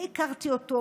אני הכרתי אותו